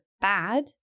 bad